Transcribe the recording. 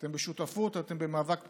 אתם בשותפות או אתם במאבק מתמשך?